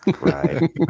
right